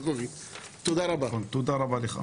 תודה רבה לך.